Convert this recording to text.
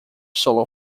solo